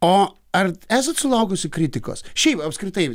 o ar esat sulaukusi kritikos šiaip apskritai